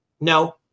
no